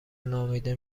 نامیده